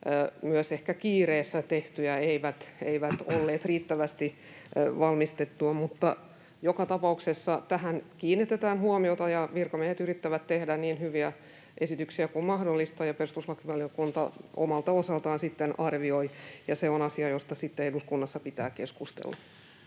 myös kiireessä tehtyjä — jotka eivät ole olleet riittävästi valmisteltuja. Mutta joka tapauksessa tähän kiinnitetään huomiota ja virkamiehet yrittävät tehdä niin hyviä esityksiä kuin mahdollista. Ja perustuslakivaliokunta omalta osaltaan sitten arvioi, ja se on asia, josta sitten eduskunnassa pitää keskustella.